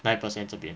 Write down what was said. nine percent 这边